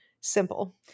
simple